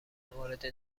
وارد